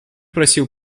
просил